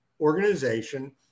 organization